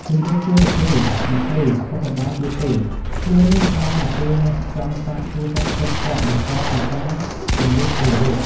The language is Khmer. ជម្រាបសួរលោកគ្រូ អ្នកគ្រូ សុខសប្បាយជាទេ? ឃ្លានេះប្រើនៅពេលអ្នកចង់សាកសួរសុខទុក្ខគាត់បន្ទាប់ពីការជំរាបសួររួច។